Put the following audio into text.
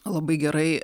labai gerai